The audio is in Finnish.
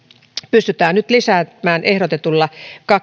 pystytään nyt lisäämään ehdotetulla